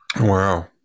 Wow